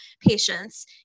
patients